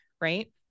right